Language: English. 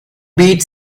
beit